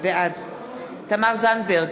בעד תמר זנדברג,